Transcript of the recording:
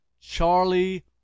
Charlie